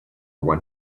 one